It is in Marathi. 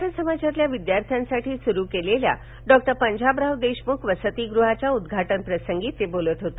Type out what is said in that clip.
मराठा समाजातील विद्यार्थ्यांसाठी सुरू केलेल्या डॉ पंजाबराव देशमुख वसतिगृहाच्या उद्घाटन प्रसंगी ते बोलत होते